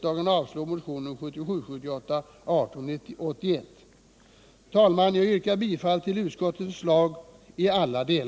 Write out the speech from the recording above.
den det ej vill röstar nej.